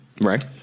Right